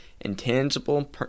Intangible